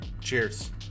cheers